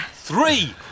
three